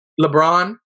LeBron